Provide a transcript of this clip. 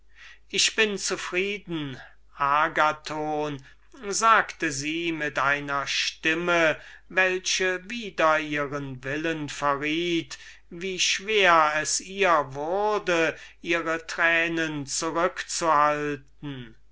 ich bin zufrieden agathon sagte sie mit einer stimme welche wider ihren willen verriet wie schwer es ihr wurde ihre tränen zurückzuhalten